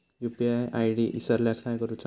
UPI ID इसरल्यास काय करुचा?